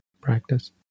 practice